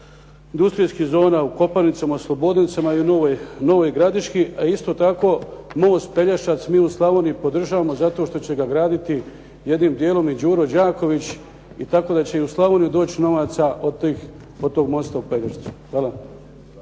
industrijskih zona u Kopanicama, u Slobodnicama i u Novoj Gradiški, a isti tako most Pelješac mi u Slavoniji podržavamo zato što će ga graditi i jednim dijelom i "Đuro Đaković" i tako da će u Slavoniju doći novaca od toga mosta na Pelješcu. Hvala.